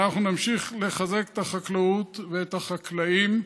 אנחנו נמשיך לחזק את החקלאות ואת החקלאים.